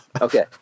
Okay